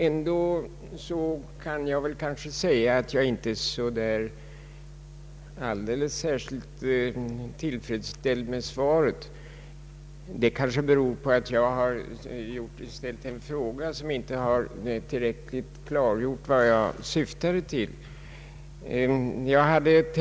Ändå måste jag säga att jag inte är alldeles tillfredsställd med svaret. Det kanske beror på att interpellationen inte tillräckligt klargjort vad jag syftade till.